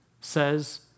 says